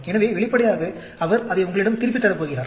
எனவே வெளிப்படையாக அவர் அதை உங்களிடம் திருப்பித் தரப் போகிறார்